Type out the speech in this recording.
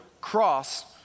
cross